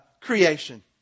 Creation